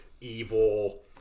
evil